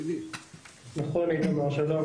אין לי להוסיף על דברי הקודמים.